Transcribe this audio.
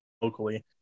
locally